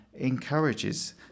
encourages